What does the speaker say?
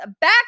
back